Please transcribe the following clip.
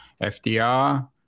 FDR